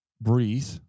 breathe